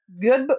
good